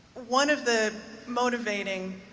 one of the motivating